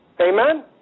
Amen